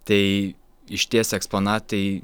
tai išties eksponatai